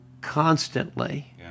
constantly